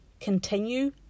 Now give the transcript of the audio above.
continue